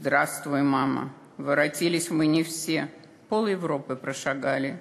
(אומרת דברים בשפה הרוסית)